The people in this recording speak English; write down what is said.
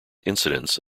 incidence